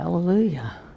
Hallelujah